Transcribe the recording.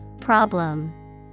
Problem